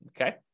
Okay